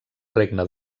regne